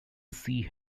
sea